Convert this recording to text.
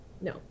no